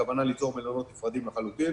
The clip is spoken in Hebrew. הכוונה היא ליצור מלונות נפרדים לחלוטין.